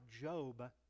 Job